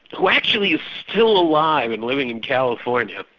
who actually is still alive, and living in california,